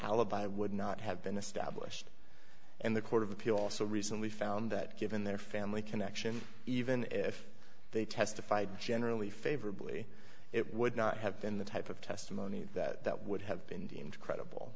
alibi would not have been established and the court of appeal also recently found that given their family connection even if they testified generally favorably it would not have been the type of testimony that would have been deemed credible